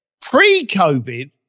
pre-COVID